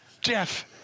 Jeff